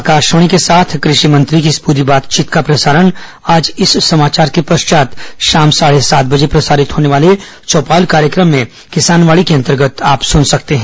आकाशवाणी के साथ कृषि मंत्री की इस पूरी बातचीत का प्रसारण आज इस समाचार के पश्चात शाम साढे सात बजे प्रसारित होने वाले चौपाल कार्यक्रम में किसानवाणी के अंतर्गत सुने सकते हैं